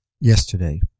yesterday